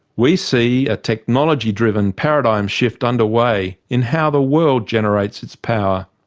we see a technology driven paradigm shift underway in how the world generates its power.